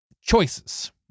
choices